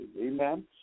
Amen